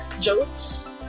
jokes